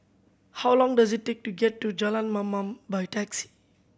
how long does it take to get to Jalan Mamam by taxi